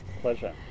Pleasure